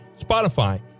Spotify